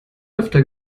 öfter